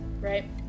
right